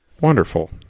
Wonderful